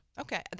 okay